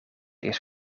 eerst